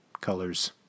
colors